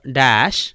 dash